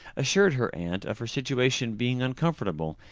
assured her aunt of her situation being uncomfortable,